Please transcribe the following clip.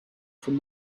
from